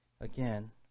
Again